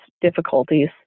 difficulties